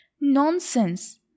nonsense